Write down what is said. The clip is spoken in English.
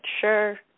Sure